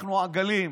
אנחנו עגלים,